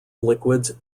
liquids